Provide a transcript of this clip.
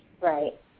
Right